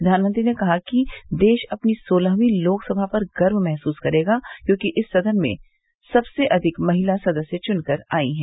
प्रधानमंत्री ने कहा कि देश अपनी सोलहवीं लोकसभा पर गर्व महसूस करेगा क्योंकि इस सदन में सबसे अधिक महिला सदस्य च्नकर आई थीं